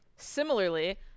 Similarly